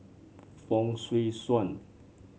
Fong Swee Suan